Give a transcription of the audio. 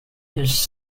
his